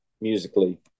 musically